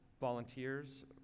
volunteers